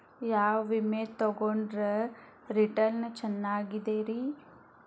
ಯಾವ ವಿಮೆ ತೊಗೊಂಡ್ರ ರಿಟರ್ನ್ ಚೆನ್ನಾಗಿದೆರಿ?